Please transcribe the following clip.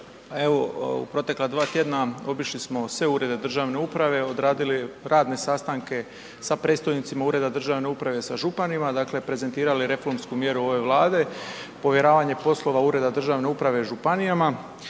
evo u protekla dva tjedna obišli smo sve Urede državne uprave, odradili radne sastanke sa predstojnicima Ureda državne uprave sa županima, dakle, prezentirali reformsku mjeru ove Vlade, povjeravanje poslova Ureda državne uprave županijama,